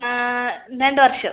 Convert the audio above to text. രണ്ട് വർഷം